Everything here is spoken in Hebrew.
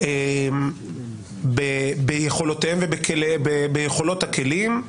ביכולות הכלים.